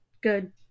Good